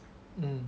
mm